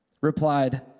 replied